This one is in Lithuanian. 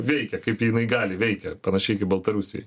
veikia kaip jinai gali veikia panašiai kaip baltarusijoj